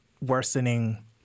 worsening